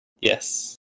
Yes